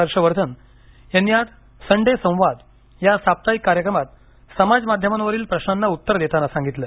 हर्ष वर्धन यांनी आज संडे संवाद या साप्ताहिक कार्यक्रमात समाज माध्यमांवरील प्रशांना उत्तरं देताना सांगितलं